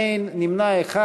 אין, נמנע אחד.